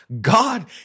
God